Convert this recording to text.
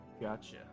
gotcha